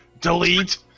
Delete